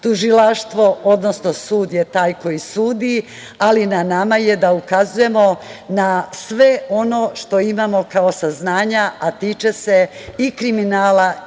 Tužilaštvo, odnosno sud je taj koji sudi, ali na nama je da ukazujemo na sve ono što imamo kao saznanja, a tiče se i kriminala